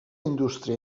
indústria